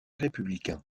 républicain